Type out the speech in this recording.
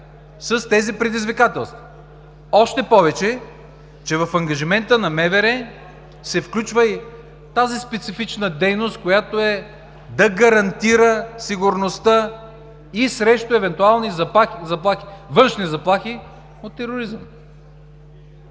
с тези предизвикателства, още повече, че в ангажимента на МВР се включва и тази специфична дейност, която да гарантира сигурността и срещу евентуални външни заплахи от тероризъм?